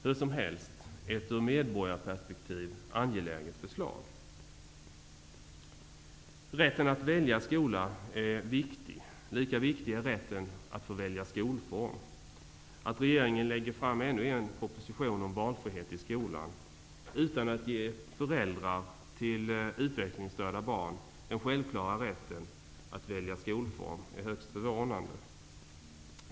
Hur som helst. Det här är ett ur medborgarperspektiv angeläget förslag. Rätten att välja skola är viktig. Lika viktig är rätten att välja skolform. Att regeringen lägger fram ännu en proposition om valfrihet i skolan utan att ge föräldrar till utvecklingsstörda barn den självklara rätten att välja skolform är högst förvånande.